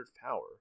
power